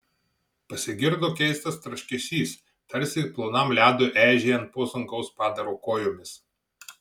pasigirdo keistas traškesys tarsi plonam ledui eižėjant po sunkaus padaro kojomis